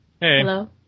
Hello